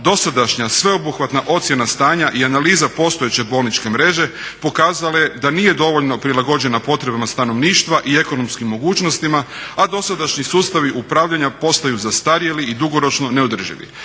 dosadašnja sveobuhvatna ocjena stanja i analiza postojeće bolničke mreže pokazala je da nije dovoljno prilagođena potrebama stanovništva i ekonomskim mogućnostima, a dosadašnji sustavi upravljanja postaju zastarjeli i dugoročno neodrživi.